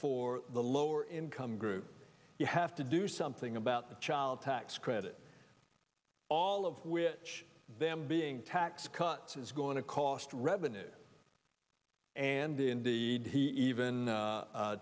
for the lower income group you have to do something about the child tax credit all of which them being tax cuts is going to cost revenues and then the he even